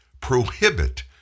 prohibit